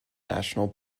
national